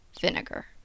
vinegar